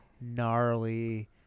Gnarly